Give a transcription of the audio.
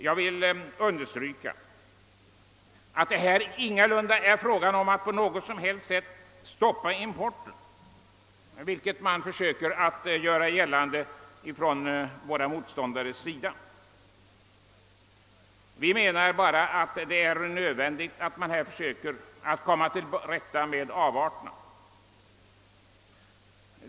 Jag vill understryka att det ingalunda är fråga om att på något som helst sätt stoppa importen, vilket våra motståndare vill göra gällande. Vi menar bara att det är nödvändigt att försöka komma till rätta med avarterna.